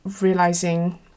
realizing